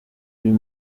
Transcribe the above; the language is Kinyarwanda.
uyu